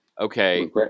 okay